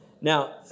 Now